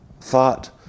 thought